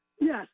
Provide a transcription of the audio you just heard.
Yes